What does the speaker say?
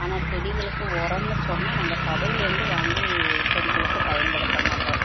ஆனால் செடிகளுக்கு உரம்னு சொன்னால் நாங்கள் கடையில் இருந்து வாங்கி செடிகளுக்கு பயன்படுத்த மாட்டோம்